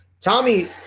Tommy